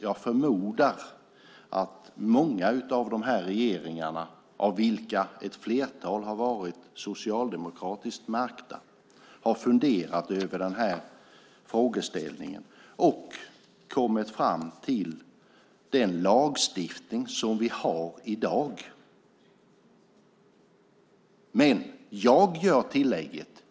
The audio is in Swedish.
Jag förmodar att många av regeringarna, av vilka ett flertal har varit socialdemokratiskt märkta, har funderat över frågan och kommit fram till den lag vi har i dag.